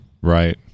Right